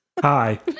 Hi